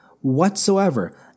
whatsoever